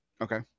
Okay